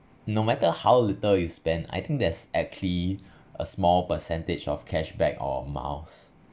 no matter how little you spend I think there's actually a small percentage of cashback or miles